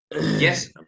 Yes